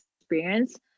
experience